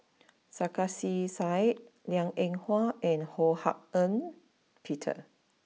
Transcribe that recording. Sarkasi Said Liang Eng Hwa and Ho Hak Ean Peter